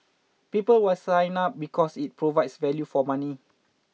people will sign up because it provides value for money